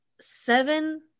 seven